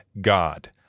God